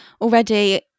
already